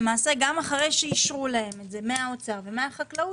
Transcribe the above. למעשה גם אחרי שאישרו להם באוצר ובחקלאות,